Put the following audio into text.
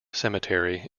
cemetery